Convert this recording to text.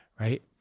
right